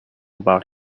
about